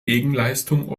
gegenleistung